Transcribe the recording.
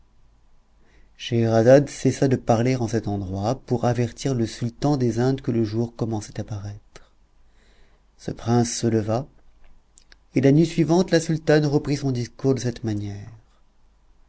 scheherazade cessa de parler en cet endroit pour avertir le sultan des indes que le jour commençait à paraître ce prince se leva et la nuit suivante la sultane reprit son discours de cette manière